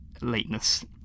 lateness